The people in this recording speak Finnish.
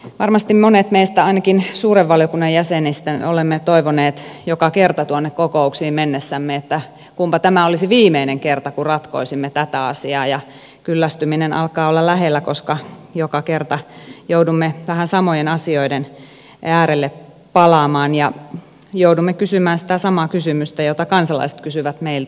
varmasti monet ainakin meistä suuren valiokunnan jäsenistä olemme toivoneet joka kerta tuonne kokouksiin mennessämme että kunpa tämä olisi viimeinen kerta kun ratkomme tätä asiaa ja kyllästyminen alkaa olla lähellä koska joka kerta joudumme vähän samojen asioiden äärelle palaamaan ja joudumme kysymään sitä samaa kysymystä jota kansalaiset kysyvät meiltä